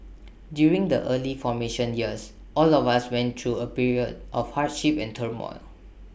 during the early formation years all of us went through A period of hardship and turmoil